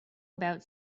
about